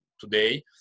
today